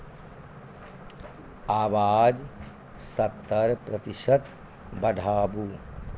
आवाज सत्तरि प्रतिशत बढ़ाबू